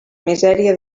misèria